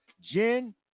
Jen